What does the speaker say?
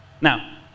Now